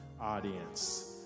audience